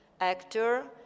actor